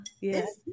Yes